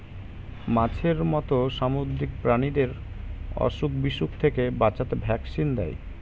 মাছের মত সামুদ্রিক প্রাণীদের অসুখ বিসুখ থেকে বাঁচাতে ভ্যাকসিন দেয়